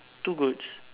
two goats